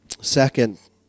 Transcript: Second